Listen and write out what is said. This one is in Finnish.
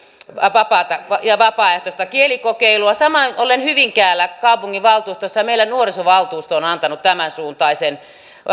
vapaaehtoista kielikokeilua olen hyvinkäällä kaupunginvaltuustossa ja samoin meillä nuorisovaltuusto on antanut tämänsuuntaisen